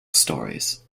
stories